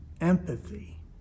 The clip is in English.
empathy